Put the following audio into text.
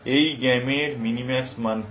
এই গেমের মিনিম্যাক্স মান কি